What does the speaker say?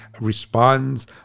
responds